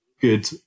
good